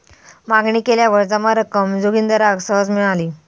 मागणी केल्यावर जमा रक्कम जोगिंदराक सहज मिळाली